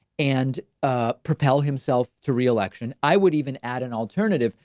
and ah propel himself to reelection. i would even add an alternative,